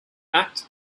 act